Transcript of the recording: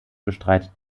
bestreitet